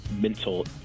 mental